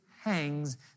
hangs